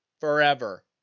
forever